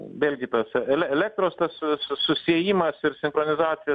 vėlgi tas e ele elektros tas su susiejimas ir sinchronizacija